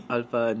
Alpha